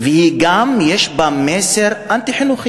וגם יש בו מסר אנטי-חינוכי,